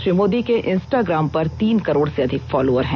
श्री मोदी के इंस्टाग्राम पर तीन करोड़ से अधिक फॉलोवर हैं